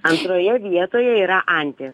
antroje vietoje yra anties